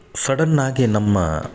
ಸಡನ್ನಾಗೆ ನಮ್ಮ